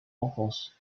enfance